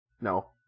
No